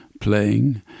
playing